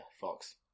fox